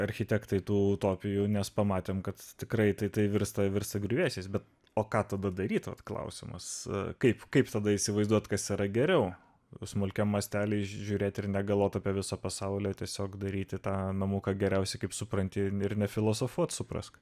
architektai tų utopijų nes pamatėme kad tikrai tai virsta virsta griuvėsiais bet o ką tu bedarytumei klausimas kaip kaip tada įsivaizduoti kas yra geriau už smulkią mastelį žiūrėti ir negalvoti apie viso pasaulio tiesiog daryti tą namuką geriausiai kaip supranti ir nefilosofuoti suprask